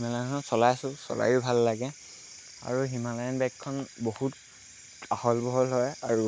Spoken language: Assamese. হিমালয়ানখনত চলাই আছোঁ চলায়ো ভাল লাগে আৰু হিমালয়ান বাইকখন বহুত আহল বহল হয় আৰু